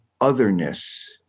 otherness